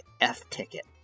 F-ticket